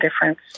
difference